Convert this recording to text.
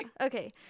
okay